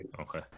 okay